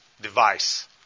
device